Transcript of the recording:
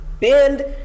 bend